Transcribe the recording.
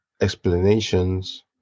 explanations